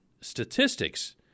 statistics